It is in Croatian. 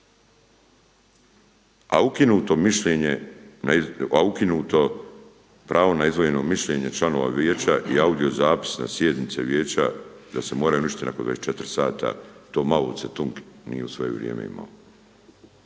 a ukinuto pravo na mišljenje članova Vijeća i audio zapis na sjednice Vijeća da se moraju uništiti nakon 24 sata to Mao Ce-tung nije u svoje vrijeme imao.